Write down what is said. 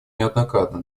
неоднократно